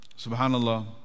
subhanallah